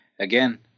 again